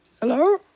Hello